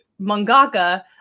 mangaka